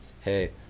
hey